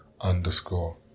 underscore